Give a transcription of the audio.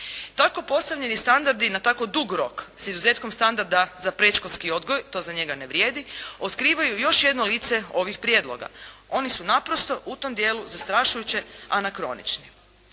Tako postavljeni standardi na tako dug rok s izuzetkom standarda za predškolski odgoj, to za njega ne vrijedi otkrivaju još jedno lice ovih prijedloga. Oni su naprosto u tom dijelu zastrašujuće anakronični.